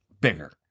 Bigger